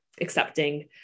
accepting